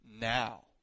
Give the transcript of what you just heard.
now